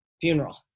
funeral